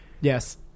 Yes